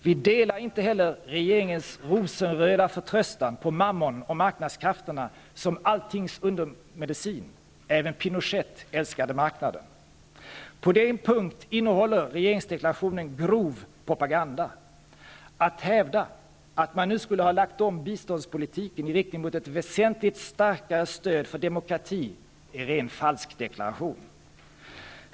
Vi delar inte heller regeringens rosenröda förtröstan på Mammon och marknadskrafterna som alltings undermedicin. Även Pinochet älskade marknaden. På en punkt innehåller regeringsdeklarationen grov propaganda. Att hävda att man nu skulle ha lagt om biståndspolitiken i riktning mot ett väsentligt starkare stöd för demokrati är rena falskdeklarationen.